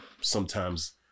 sometimes-